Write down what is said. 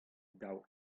daou